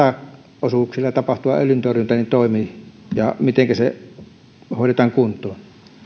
rataosuuksilla tapahtuva öljyntorjunta toimii ja mitenkä se hoidetaan kuntoon